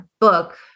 book